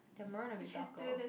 never wanna be darker